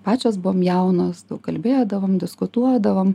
pačios buvom jaunos kalbėdavom diskutuodavom